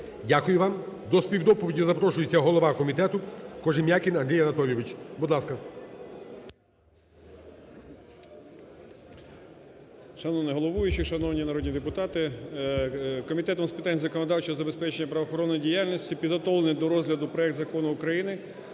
Дякую вам. До співдоповіді запрошується голова комітету Кожем'якін Андрій Анатолійович, будь ласка. 17:44:35 КОЖЕМ’ЯКІН А.А. Шановний головуючий, шановні народні депутати! Комітетом з питань законодавчого забезпечення і правоохоронної діяльності підготовлений до розгляду проект Закону України